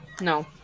No